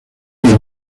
des